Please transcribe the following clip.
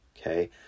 okay